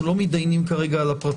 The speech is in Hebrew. אנחנו לא מידיינים על הפרטים.